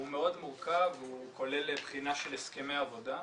הוא מאוד מורכב והוא כולל בחינה של הסכמי עבודה.